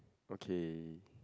okay